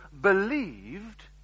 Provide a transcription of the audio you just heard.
believed